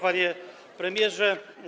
Panie Premierze!